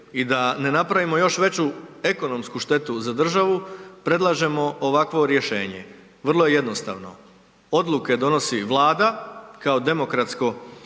i da ne napravimo još veću ekonomsku štetu za državu, predlažemo ovakvo rješenje. Vrlo je jednostavno. Odluke donosi Vlada kao demokratsko